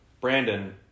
Brandon